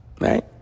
right